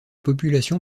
population